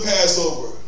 Passover